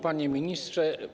Panie Ministrze!